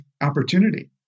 opportunity